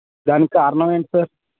దానికి కారణం ఏంటి సార్